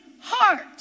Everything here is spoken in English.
heart